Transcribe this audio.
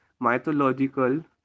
Mythological